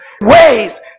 ways